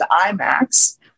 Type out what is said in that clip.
imax